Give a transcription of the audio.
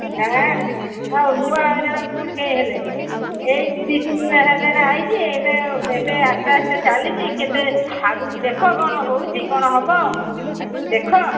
ନା ଆଉ ନୂଆ ହଇରାଣ କେଉଁଠି କାଇଁ ହେଲେଣିି ଏଇ ଦୁଇ ତିନି ଦିନ ହେଲା ନା ଆସିଛି ଏବେ ଏବେ ଆସ୍ତେ ଆସ୍ତେ ଚାଲିଛି କେତେ ଆଗକୁ ଦେଖ କ'ଣ ହେଉଛି କ'ଣ ହେବ ଆଗକୁ ଦେଖ